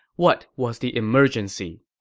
what was the emergency?